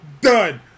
done